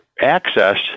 access